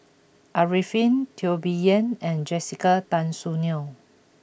Arifin Teo Bee Yen and Jessica Tan Soon Neo